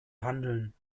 handeln